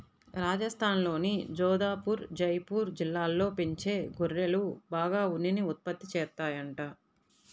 రాజస్థాన్లోని జోధపుర్, జైపూర్ జిల్లాల్లో పెంచే గొర్రెలు బాగా ఉన్నిని ఉత్పత్తి చేత్తాయంట